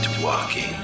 walking